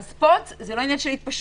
לא.